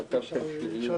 במצב של שריון.